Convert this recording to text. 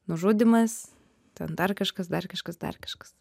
nužudymas ten dar kažkas dar kažkas dar kažkas